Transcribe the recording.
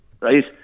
Right